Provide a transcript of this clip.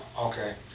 Okay